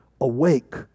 awake